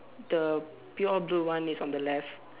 the pure blue one is on the left